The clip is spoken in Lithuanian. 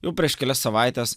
jau prieš kelias savaites